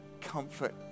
comfort